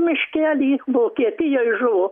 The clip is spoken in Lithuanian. miškely vokietijoj žuvo